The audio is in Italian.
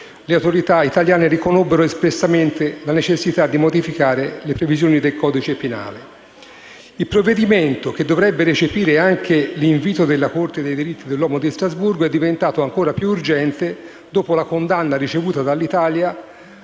le autorità italiane riconobbero espressamente la necessità di modificare le previsioni del codice penale. Il provvedimento, che dovrebbe recepire anche l'invito della Corte dei diritti dell'uomo di Strasburgo, è diventato ancora più urgente dopo la condanna ricevuta dall'Italia